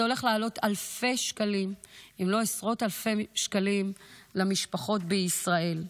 זה הולך לעלות אלפי שקלים אם לא עשרות אלפי שקלים למשפחות בישראל.